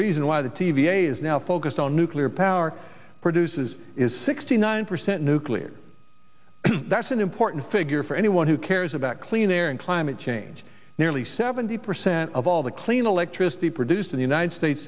reason why the t v is now focused on nuclear power produce says is sixty nine percent nuclear that's an important figure for anyone who cares about clean air and climate change nearly seventy percent of all the clean electricity produced in the united states